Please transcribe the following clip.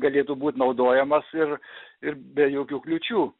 galėtų būt naudojamas ir ir be jokių kliūčių